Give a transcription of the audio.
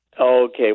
Okay